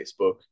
facebook